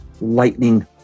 lightning